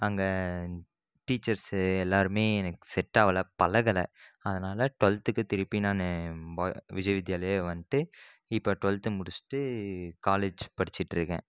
அங்கே டீச்சர் எல்லாேருமே எனக்கு செட் ஆகல பழகலை அதனால் டுவல்த்துக்கு திரும்பி நான் பாய் விஜய் வித்யாலயா வந்துட்டு இப்போது டுவல்த் முடிச்சுட்டு காலேஜ் படிச்சுட்டு இருக்கேன்